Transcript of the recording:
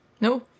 No